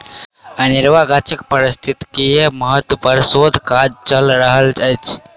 अनेरुआ गाछक पारिस्थितिकीय महत्व पर शोध काज चैल रहल अछि